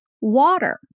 water